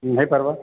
ହେଇ ପାର୍ବା